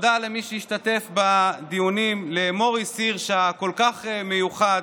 תודה למי שהשתתף בדיונים: למוריס הירש הכל-כך מיוחד,